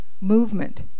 movement